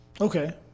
okay